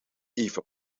even